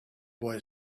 boy